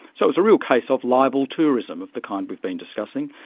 so it was a real case of libel tourism of the kind we've been discussing.